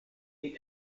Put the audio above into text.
est